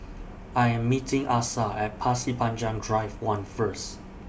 I Am meeting Asa At Pasir Panjang Drive one First